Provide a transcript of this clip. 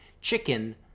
chicken